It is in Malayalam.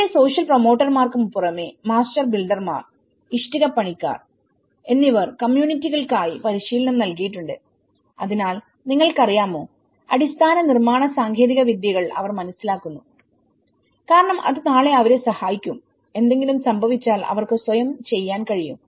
ഇവിടെ സോഷ്യൽ പ്രൊമോട്ടർമാർക്ക് പുറമെ മാസ്റ്റർ ബിൽഡർമാർ ഇഷ്ടികപ്പണിക്കാർ എന്നിവർ കമ്മ്യൂണിറ്റികൾക്കായി പരിശീലനം നൽകിയിട്ടുണ്ട് അതിനാൽ നിങ്ങൾക്കറിയാമോ അടിസ്ഥാന നിർമ്മാണ സാങ്കേതിക വിദ്യകൾ അവർ മനസ്സിലാക്കുന്നു കാരണം അത് നാളെ അവരെ സഹായിക്കും എന്തെങ്കിലും സംഭവിച്ചാൽ അവർക്ക് സ്വയം ചെയ്യാൻ കഴിയും